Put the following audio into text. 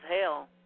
hell